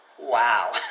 wow